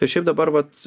ir šiaip dabar vat